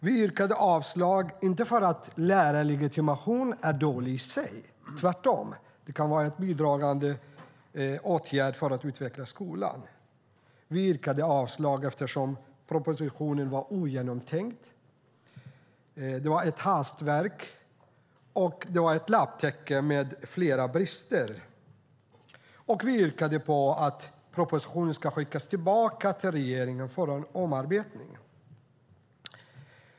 Vi yrkade inte avslag därför att en lärarlegitimation är dålig i sig - det kan tvärtom vara en bidragande åtgärd för att utveckla skolan - utan vi yrkade avslag eftersom propositionen var ogenomtänkt. Den var ett hastverk och ett lapptäcke med flera brister. Vi yrkade att propositionen skulle skickas tillbaka till regeringen för en omarbetning.